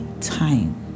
time